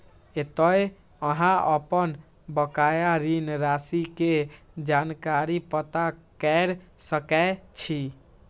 एतय अहां अपन बकाया ऋण राशि के जानकारी पता कैर सकै छी